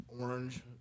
orange